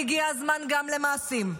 והגיע הזמן גם למעשים,